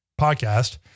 podcast